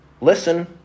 Listen